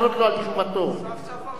סוף-סוף אומרים, תודה.